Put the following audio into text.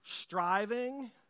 striving